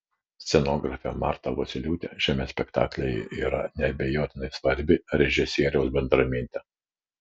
scenografė marta vosyliūtė šiame spektaklyje yra neabejotinai svarbi režisieriaus bendramintė